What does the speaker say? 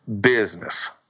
business